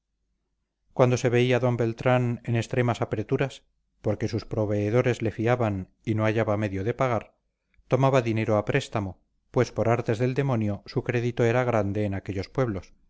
cuando se veía d beltrán en extremas apreturas porque sus proveedores le fiaban y no hallaba medio de pagar tomaba dinero a préstamo pues por artes del demonio su crédito era grande en aquellos pueblos